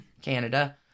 Canada